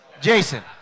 Jason